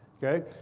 ok?